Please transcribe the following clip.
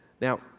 Now